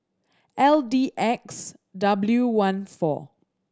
L D X W one four